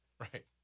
Right